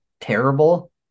terrible